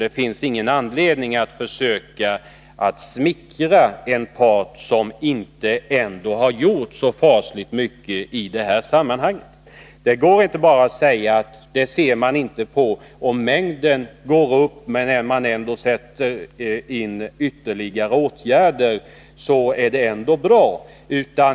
Det finns ingen anledning att försöka smickra en part som ändå inte har gjort så fasligt mycket i detta sammanhang. Det går inte att bara säga att det är bra att ytterligare åtgärder sätts in och att man inte kan avläsa effekterna av åtgärderna i om mängden använd narkotika ökar eller inte.